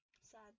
Sad